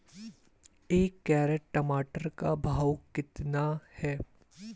एक कैरेट टमाटर का भाव कितना है?